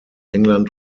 england